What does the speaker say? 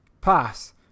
pass